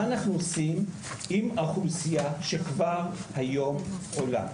מה אנחנו עושים עם האוכלוסייה שכבר היום עולה,